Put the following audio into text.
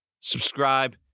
Subscribe